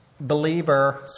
believer